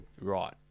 Right